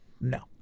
No